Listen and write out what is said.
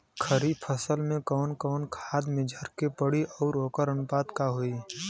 खरीफ फसल में कवन कवन खाद्य मेझर के पड़ी अउर वोकर अनुपात का होई?